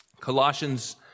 Colossians